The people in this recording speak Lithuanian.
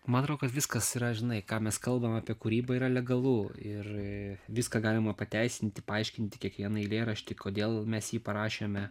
man atrodo kad viskas yra žinai ką mes kalbam apie kūrybą yra legalu ir viską galima pateisinti paaiškinti kiekvieną eilėraštį kodėl mes jį parašėme